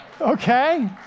Okay